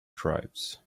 tribes